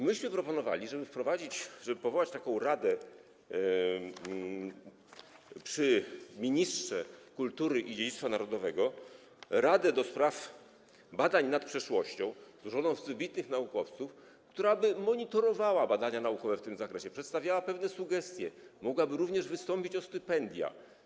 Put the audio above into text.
Myśmy proponowali, żeby wprowadzić, powołać przy ministrze kultury i dziedzictwa narodowego Radę do Spraw Badań nad Przeszłością, złożoną z wybitnych naukowców, która by monitorowała badania naukowe w tym zakresie, przedstawiała pewne sugestie, która mogłaby również wystąpić o stypendia.